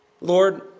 Lord